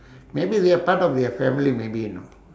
maybe they are part of their family maybe you know